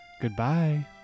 goodbye